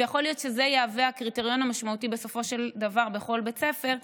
ויכול להיות שזה יהווה את הקריטריון המשמעותי בסופו של דבר בכל בית ספר.